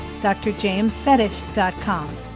drjamesfetish.com